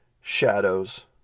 shadows